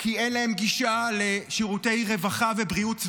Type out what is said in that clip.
כי אין להם גישה לשירותי רווחה ובריאות סבירים,